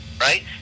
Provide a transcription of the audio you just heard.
Right